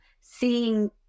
seeing